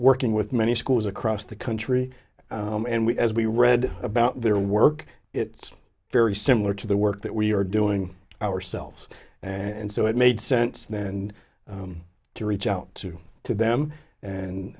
working with many schools across the country and we as we read about their work it's very similar to the work that we are doing ourselves and so it made sense then to reach out to to them and